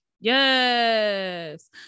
Yes